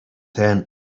tent